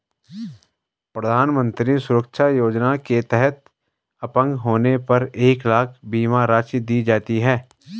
प्रधानमंत्री सुरक्षा योजना के तहत अपंग होने पर एक लाख बीमा राशि दी जाती है